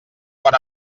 pon